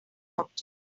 objects